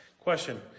Question